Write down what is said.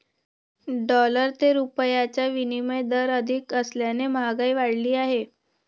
dollar ते रुपयाचा विनिमय दर अधिक असल्याने महागाई वाढली आहे